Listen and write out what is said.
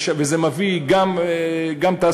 וזה מביא גם תעסוקה,